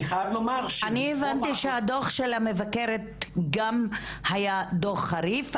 אני הבנתי שהדוח של המבקרת היה גם דוח חריף,